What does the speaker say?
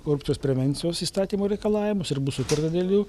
korupcijos prevencijos įstatymo reikalavimus ir bus sutarta dėl jų